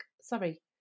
sorry